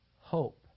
hope